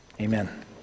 Amen